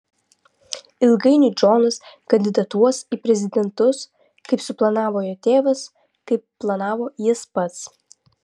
ilgainiui džonas kandidatuos į prezidentus kaip suplanavo jo tėvas kaip planavo jis pats